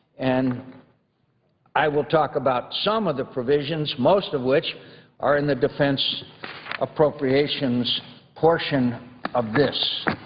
and i will talk about some of the provisions, most of which are in the defense appropriations portion of this.